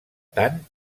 tant